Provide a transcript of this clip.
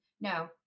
No